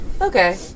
Okay